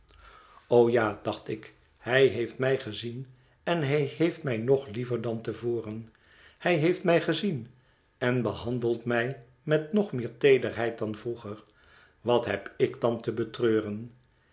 ja dacht ik hij heeft mij gezien en hij heeft mij nog liever dan te voren hij heeft mij gezien en behandelt mij met nog meer teederheid dan vroeger wat heb ik dan te betreuren